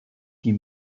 die